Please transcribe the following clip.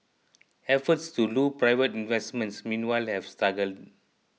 efforts to lure private investment meanwhile have struggled